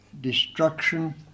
destruction